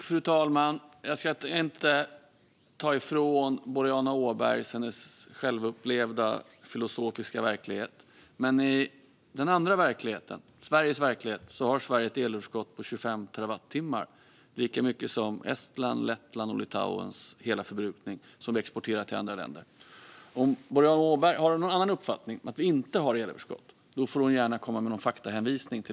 Fru talman! Jag ska inte ta ifrån Boriana Åberg hennes självupplevda, filosofiska verklighet, men i den andra verkligheten - Sveriges verklighet - har Sverige ett elöverskott på 25 terawattimmar som vi exporterar till andra länder. Det är lika mycket som Estlands, Lettlands och Litauens hela förbrukning. Om Boriana Åberg har en annan uppfattning, det vill säga att vi inte har ett elöverskott, får hon gärna komma med en faktahänvisning.